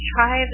Try